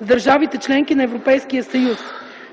с държавите – членки на Европейския съюз.